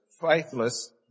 faithless